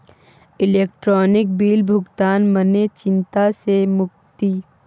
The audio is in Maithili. इलेक्ट्रॉनिक बिल भुगतान मने चिंता सँ मुक्ति